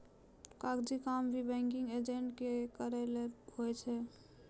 कागजी काम भी बैंकिंग एजेंट के करय लै होय छै